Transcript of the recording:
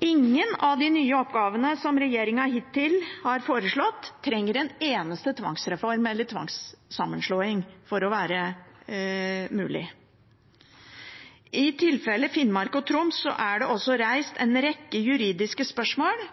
Ingen av de nye oppgavene som regjeringen hittil har foreslått, trenger en eneste tvangsreform eller tvangssammenslåing for å være mulig. I tilfellet Finnmark og Troms er det også reist en rekke juridiske spørsmål